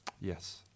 Yes